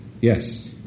Yes